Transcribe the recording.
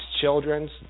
children's